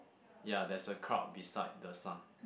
ya there's a cloud beside the sun